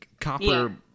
copper